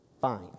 Fine